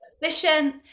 efficient